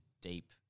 deep